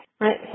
right